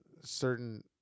certain